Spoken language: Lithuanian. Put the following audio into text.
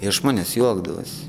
iš manęs juokdavosi